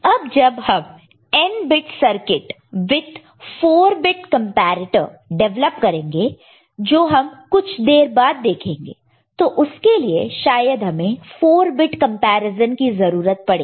अब जब हम n bit circuit with 4 bit comparator develop करेंगे जो हम कुछ देर बाद देखेंगे तो उसके लिए शायद हमें 4 बिट कंपैरिजन की जरूरत पड़े